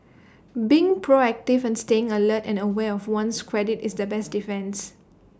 being proactive and staying alert and aware of one's credit is the best defence